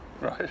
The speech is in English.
Right